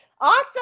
Awesome